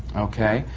okay.